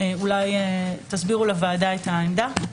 אולי תסבירו לוועדה את העמדה.